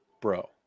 bro